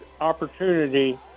opportunity